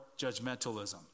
judgmentalism